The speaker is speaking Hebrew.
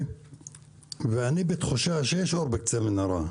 אני בתחושה שיש אור בקצה המנהרה.